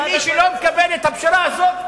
מי שלא מקבל את הפשרה הזאת,